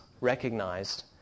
recognized